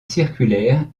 circulaire